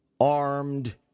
armed